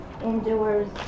endures